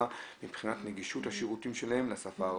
מבחינת נגישות השירותים שלהם לשפה הערבית.